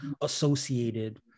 associated